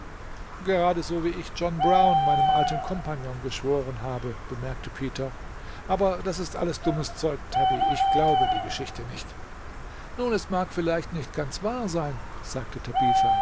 grade so wie ich john brown meinem alten compagnon geschworen habe bemerkte peter aber das ist alles dummes zeug tabby ich glaube die geschichte nicht nun es mag vielleicht nicht ganz wahr sein sagte tabitha